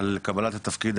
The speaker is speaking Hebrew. על קבלת התפקיד